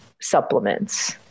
supplements